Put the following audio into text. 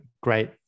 great